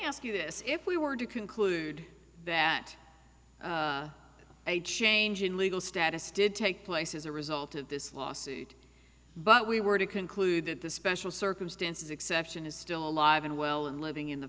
ask you this if we were to conclude that a change in legal status did take place as a result of this lawsuit but we were to conclude the special circumstances exception is still alive and well and living in the